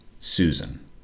susan